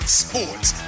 sports